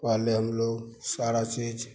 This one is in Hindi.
पहले हम लोग सारी चीज़